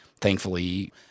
thankfully